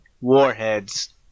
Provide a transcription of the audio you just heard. Warheads